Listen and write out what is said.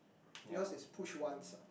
yours is push once